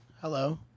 Hello